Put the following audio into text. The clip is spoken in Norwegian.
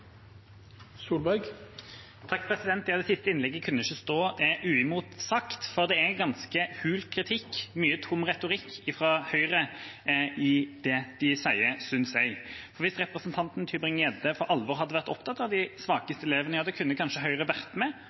Solberg har hatt ordet to ganger tidligere og får ordet til en kort merknad, begrenset til 1 minutt. Det siste innlegget kunne ikke stå uimotsagt, for det er en ganske hul kritikk og mye tom retorikk fra Høyre i det de sier, synes jeg. Hvis representanten Mathilde Tybring-Gjedde for alvor hadde vært opptatt av de svakeste elevene, kunne kanskje Høyre